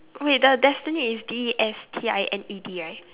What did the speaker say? wait the destiny is D E S T I N E D right